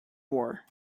war